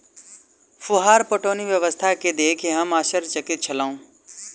फुहार पटौनी व्यवस्था के देखि हम आश्चर्यचकित छलौं